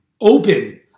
open